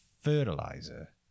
fertilizer